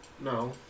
No